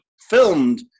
filmed